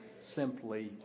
simply